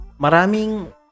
maraming